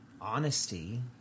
honesty